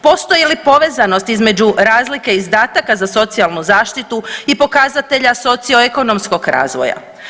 Postoji li povezanost između razlike izdataka za socijalnu zaštitu i pokazatelja socio-ekonomskog razvoja?